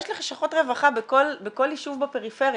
יש לשכות רווחה בכל ישוב בפריפריה.